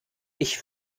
ich